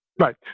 Right